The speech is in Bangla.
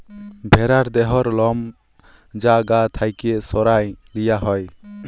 ভ্যারার দেহর লম যা গা থ্যাকে সরাঁয় লিয়া হ্যয়